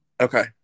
Okay